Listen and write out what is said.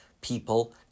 people